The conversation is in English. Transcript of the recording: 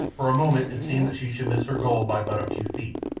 for a moment it seemed that she should miss her goal by but a few feet,